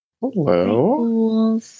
Hello